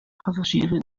passagieren